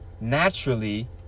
naturally